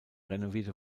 renovierte